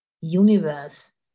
universe